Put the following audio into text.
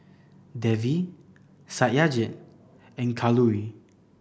Devi Satyajit and Kalluri